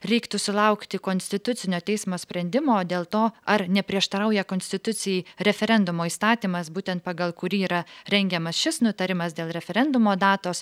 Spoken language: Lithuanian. reiktų sulaukti konstitucinio teismo sprendimo dėl to ar neprieštarauja konstitucijai referendumo įstatymas būtent pagal kurį yra rengiamas šis nutarimas dėl referendumo datos